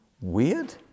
Weird